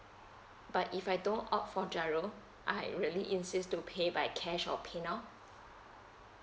but if I don't opt for giro I really insist to pay by cash or pay now